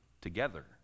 together